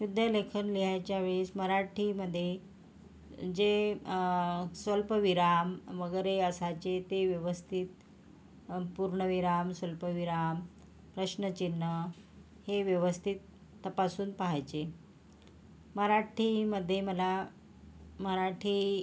शुद्धलेखन लिहायच्या वेळेस मराठीमध्ये जे स्वल्पविराम वगैरे असायचे ते व्यवस्थित पूर्णविराम स्वल्पविराम प्रश्नचिन्ह हे व्यवस्थित तपासून पहायचे मराठीमध्ये मला मराठी